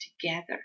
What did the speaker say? together